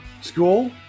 school